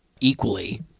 equally